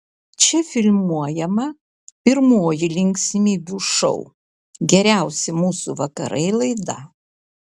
čia filmuojama pirmoji linksmybių šou geriausi mūsų vakarai laida